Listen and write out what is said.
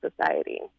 society